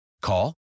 Call